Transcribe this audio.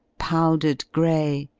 powdered grey,